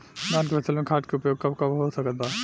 धान के फसल में खाद के उपयोग कब कब हो सकत बा?